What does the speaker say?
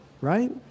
right